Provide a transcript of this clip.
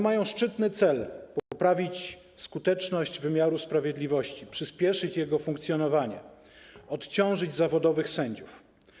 Mają szczytny cel - poprawić skuteczność wymiaru sprawiedliwości, przyspieszyć jego funkcjonowanie, odciążyć zawodowych sędziów.